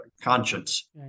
conscience